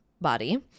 body